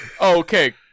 Okay